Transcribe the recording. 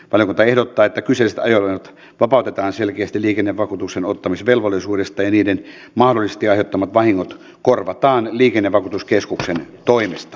valiokunta ehdottaa että kyseiset ajoneuvot vapautetaan selkeästi liikennevakuutuksen ottamisvelvollisuudesta ja niiden mahdollisesti aiheuttamat vahingot korvataan liikennevakuutuskeskuksen toimesta